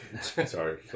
Sorry